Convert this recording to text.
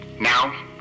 Now